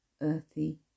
earthy